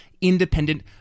independent